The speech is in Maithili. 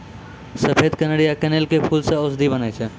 सफेद कनेर या कनेल के फूल सॅ औषधि बनै छै